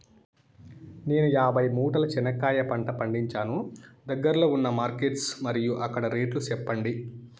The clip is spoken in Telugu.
నేను యాభై మూటల చెనక్కాయ పంట పండించాను దగ్గర్లో ఉన్న మార్కెట్స్ మరియు అక్కడ రేట్లు చెప్పండి?